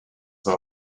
war